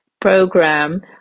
program